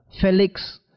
Felix